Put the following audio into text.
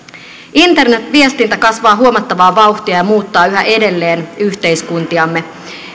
internetviestintä kasvaa huomattavaa vauhtia ja muuttaa yhä edelleen yhteiskuntiamme